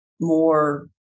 more